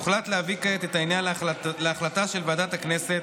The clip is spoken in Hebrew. הוחלט להביא כעת את העניין להחלטה של ועדת הכנסת,